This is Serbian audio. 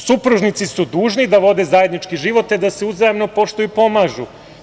Supružnici su dužni da vode zajednički život, te da se uzajamno poštuju i pomažu.